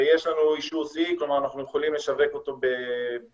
ויש אישור -- -כלומר אנחנו יכולים לשווקו באירופה,